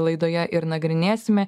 laidoje ir nagrinėsime